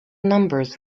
numbers